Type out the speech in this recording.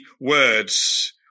words